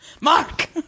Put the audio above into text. Mark